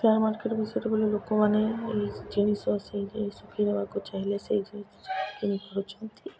share market ବିଷୟରେ ବୋଲି ଲୋକମାନେ ଏଇ ଜିନିଷ ସେଇ ଜିନିଷ କିଣିବାକୁ ଚାହିଁଲେ ସେଇ ଜିନିଷ କିଣିପାରୁଛନ୍ତି